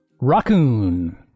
Raccoon